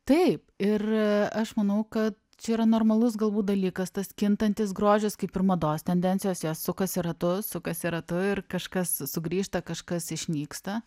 taip ir aš manau kad čia yra normalus galbūt dalykas tas kintantis grožis kaip ir mados tendencijos jos sukasi ratu sukasi ratu ir kažkas sugrįžta kažkas išnyksta